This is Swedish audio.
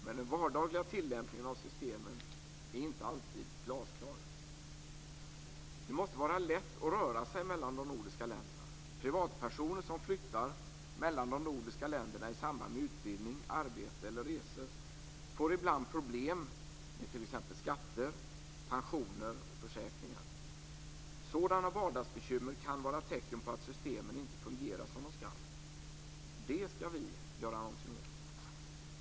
Men den vardagliga tilllämpningen av systemen är inte alltid glasklar. Det måste vara lätt att röra sig mellan de nordiska länderna. Privatpersoner som flyttar mellan de nordiska länderna i samband med utbildning, arbete eller resor får ibland problem med t.ex. skatter, pensioner och försäkringar. Sådana vardagsbekymmer kan vara tecken på att systemen inte fungerar som de skall. Det skall vi göra någonting åt.